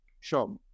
sure